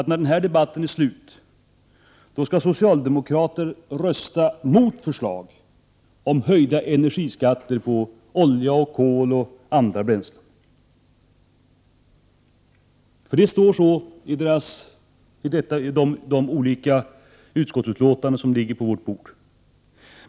När den här debatten är slut, skall socialdemokrater rösta mot förslaget om höjda energiskatter på olja, kol och andra bränslen. Det står så i de olika utskottsbetänkanden som nu ligger på vårt bord.